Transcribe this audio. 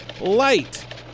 Light